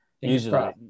Usually